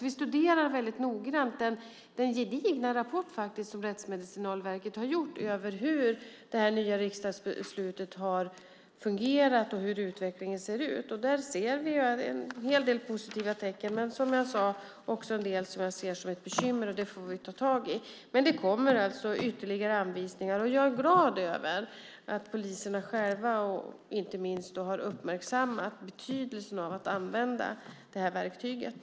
Vi studerar alltså väldigt noggrant den gedigna rapport som Rättsmedicinalverket har gjort om hur det nya riksdagsbeslutet har fungerat och hur utvecklingen ser ut. Där ser vi en hel del positiva tecken, men som jag sade också en del som jag ser som bekymmer. Det får vi ta tag i. Det kommer alltså ytterligare anvisningar. Jag är glad över att poliserna själva inte minst har uppmärksammat betydelsen av att använda det här verktyget.